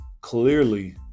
clearly